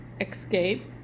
escape